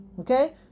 okay